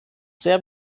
sehr